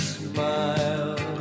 smile